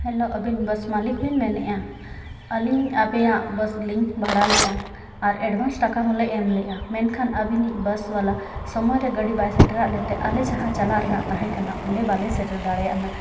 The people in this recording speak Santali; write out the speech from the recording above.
ᱦᱮᱞᱳ ᱟᱵᱮᱱ ᱵᱟᱥ ᱢᱟᱞᱤᱠ ᱵᱮᱱ ᱢᱮᱱᱮᱫᱼᱟ ᱟᱞᱤᱧ ᱟᱵᱮᱱᱟᱜ ᱵᱟᱥ ᱞᱤᱧ ᱵᱷᱟᱲᱟ ᱞᱮᱫᱼᱟ ᱟᱨ ᱮᱰᱵᱷᱟᱱᱥ ᱴᱟᱠᱟ ᱦᱚᱸᱞᱮ ᱮᱢ ᱞᱮᱫᱼᱟ ᱢᱮᱱᱠᱷᱟᱱ ᱟᱵᱤᱱᱤᱡ ᱵᱟᱥ ᱵᱟᱞᱟ ᱥᱚᱢᱚᱭ ᱨᱮ ᱜᱟᱹᱰᱤ ᱵᱟᱭ ᱥᱮᱴᱮᱨᱟᱜ ᱞᱮᱛᱮ ᱟᱞᱮ ᱡᱟᱦᱟᱸ ᱪᱟᱞᱟᱜ ᱨᱮᱱᱟᱜ ᱛᱟᱦᱮᱸ ᱠᱟᱱᱟ ᱚᱸᱰᱮ ᱵᱟᱞᱮ ᱥᱮᱴᱮᱨ ᱫᱟᱲᱮᱭᱟᱜᱱᱟ